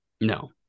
No